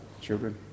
children